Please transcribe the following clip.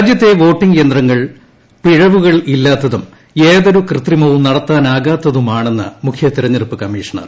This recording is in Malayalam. രാജ്യത്തെ വോട്ടിംഗ് യന്ത്രങ്ങൾ പിഴവുകളില്ലാത്തതും ന് യാതൊരു കൃത്രിമവും നടത്താനാകാത്തതുമാണെന്ന് മുഖ്യതെരെഞ്ഞെടുപ്പ് കമ്മീഷണർ